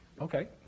okay